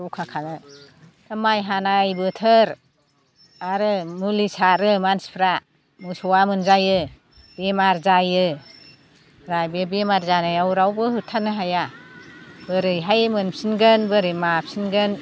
रैखा दा माइ हानाय बोथोर आरो मुलि सारो मानसिफ्रा मोसौआ मोनजायो बेमार जायो बे बेमार जानायाव रावबो होबथानो हाया बोरैहाय मोनफिनगोन बोरै माफिनगोन